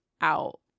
out